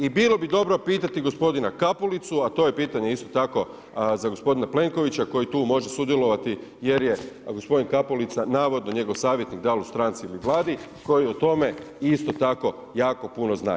I bilo bi dobro pitati gospodina Kapulicu, a to je pitanje isto tako za gospodina Plenkovića koji tu može sudjelovati jer je gospodin Kapulica navodno njegov savjetnik da li u stranci ili u Vladi koji o tome isto tako jako puno zna.